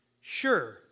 Sure